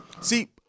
See